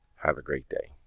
have a great day!